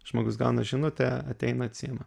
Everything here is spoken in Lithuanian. žmogus gauna žinutę ateina atsiima